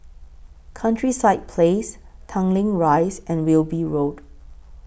Countryside Place Tanglin Rise and Wilby Road